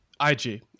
IG